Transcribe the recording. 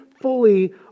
fully